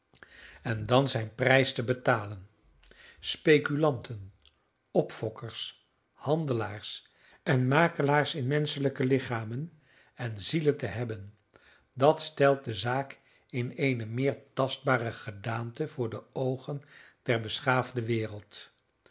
en dan zijn prijs te betalen speculanten opfokkers handelaars en makelaars in menschelijke lichamen en zielen te hebben dat stelt de zaak in eene meer tastbare gedaante voor de oogen der beschaafde wereld